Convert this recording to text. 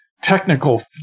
technical